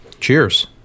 cheers